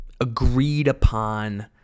agreed-upon